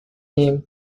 name